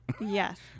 Yes